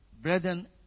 brethren